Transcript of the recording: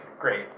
Great